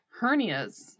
hernias